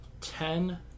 Ten